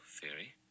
theory